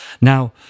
Now